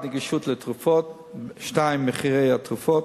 1. נגישות לתרופות, 2. מחירי התרופות,